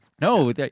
No